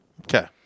Okay